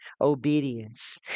obedience